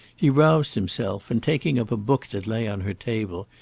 he roused himself, and, taking up a book that lay on her table,